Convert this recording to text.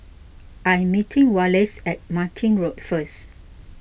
I am meeting Wallace at Martin Road first